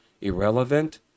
irrelevant